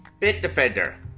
Bitdefender